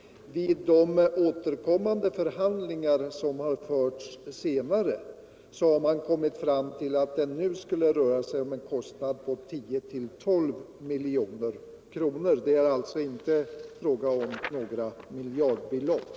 Vid de förhandlingar som har förts senare har man kommit fram till att det nu skulle röra sig om en kostnad på 10-12 milj.kr. Det är alltså inte fråga om några miljardbelopp.